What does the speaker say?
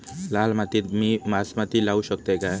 लाल मातीत मी बासमती लावू शकतय काय?